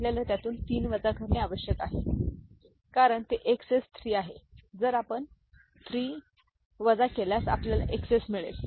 आपल्याला त्यातून 3 वजा करणे आवश्यक आहे कारण ते एक्सएस 6 आहे जर आपण 3 वजा केल्यास आपल्याला एक्सएस 3 मिळेल